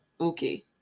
okay